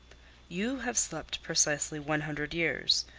you have slept precisely one hundred years.